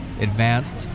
advanced